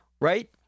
right